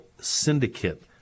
Syndicate